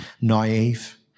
naive